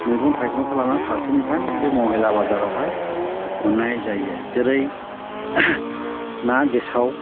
मैगं थाइगंनिफ्राय लानानै फारसेनिफ्रायनो बे महिला बाजारावहाय मोननाय जायो जेरै ना गेसाव